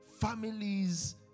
Families